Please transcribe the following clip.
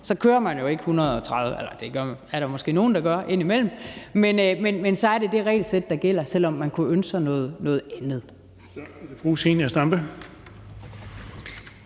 kører man jo ikke 130 km/t. – eller det er der måske nogle, der gør indimellem. Men så er det det regelsæt, der gælder, selv om man kunne ønske sig noget andet. Kl. 12:23 Den fg.